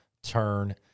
turn